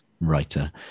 writer